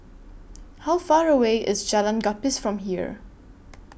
How Far away IS Jalan Gapis from here